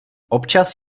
občas